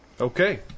Okay